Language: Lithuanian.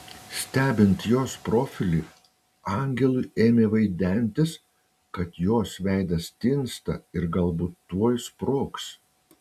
stebint jos profilį angelui ėmė vaidentis kad jos veidas tinsta ir galbūt tuoj sprogs